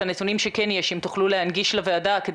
אם תוכלו להנגיש לוועדה את הנתונים